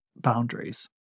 boundaries